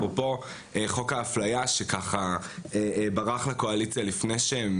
אפרופו חוק האפליה שברח לקואליציה לפני שהם